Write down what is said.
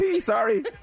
Sorry